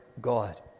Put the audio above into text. God